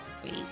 Sweet